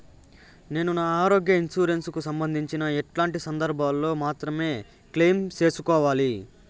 నేను నా ఆరోగ్య ఇన్సూరెన్సు కు సంబంధించి ఎట్లాంటి సందర్భాల్లో మాత్రమే క్లెయిమ్ సేసుకోవాలి?